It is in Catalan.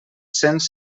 cents